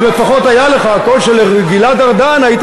אם לפחות היה לך הקול של גלעד ארדן והיית